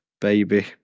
baby